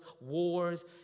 wars